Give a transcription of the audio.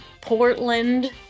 Portland